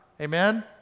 Amen